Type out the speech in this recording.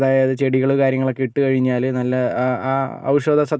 അതായത് ചെടികൾ കാര്യങ്ങളൊക്കെ ഇട്ടുകഴിഞ്ഞാൽ നല്ല ആ ആ ഔഷധ സസ്